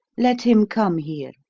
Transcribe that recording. let him come here.